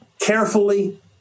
carefully